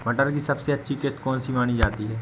मटर की सबसे अच्छी किश्त कौन सी मानी जाती है?